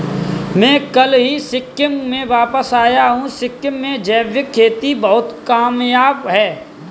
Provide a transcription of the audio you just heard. मैं कल ही सिक्किम से वापस आया हूं सिक्किम में जैविक खेती बहुत कामयाब है